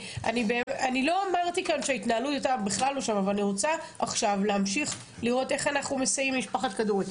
אני רוצה עכשיו להמשיך לראות איך אנחנו מסייעים למשפחת כדורי.